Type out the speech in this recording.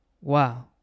wow